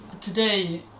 Today